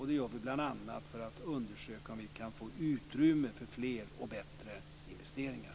Det gör vi bl.a. för att undersöka om vi kan få utrymme för fler och bättre investeringar.